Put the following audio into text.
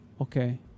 Okay